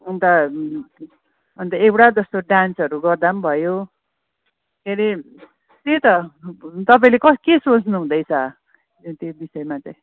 अन्त अन्त एउटा जस्तो डान्सहरू गर्दा पनि भयो के हरे त्यही त तपाईँले कस के सोच्नु हुँदैछ त्यो विषयमा चाहिँ